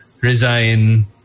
resign